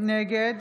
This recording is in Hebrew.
נגד